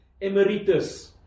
Emeritus